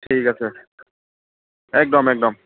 ঠিক আছে একদম একদম